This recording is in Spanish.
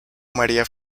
maría